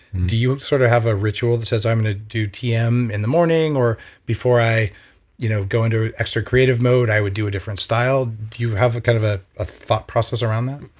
do you sort of have a ritual that says i'm going to do tm in the morning or before i you know go into extra creative mode, i would do a different style. do you have a kind of a a thought process around that?